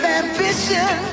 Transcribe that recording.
ambition